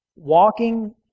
Walking